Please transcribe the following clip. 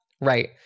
Right